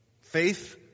Faith